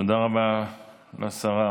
תודה רבה לשרה